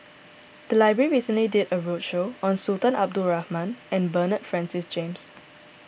the library recently did a roadshow on Sultan Abdul Rahman and Bernard Francis James